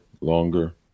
longer